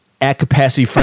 at-capacity